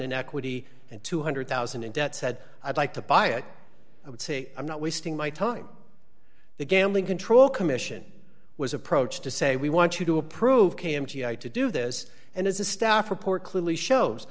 in equity and two hundred thousand in debt said i'd like to buy it i would say i'm not wasting my time the gambling control commission was approached to say we want you to approve to do this and as a staff report clearly shows